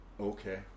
Okay